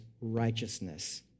righteousness